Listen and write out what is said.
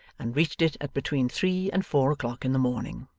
and reached it at between three and four o'clock in the morning.